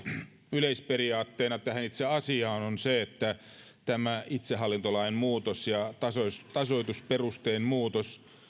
yleisperiaatteena tähän itse asiaan on se että tämä itsehallintolain muutos ja tasoitusperusteen muutos